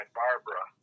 barbara